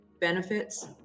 benefits